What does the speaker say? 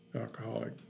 alcoholic